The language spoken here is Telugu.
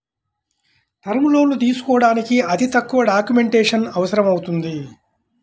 టర్మ్ లోన్లు తీసుకోడానికి అతి తక్కువ డాక్యుమెంటేషన్ అవసరమవుతుంది